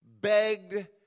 begged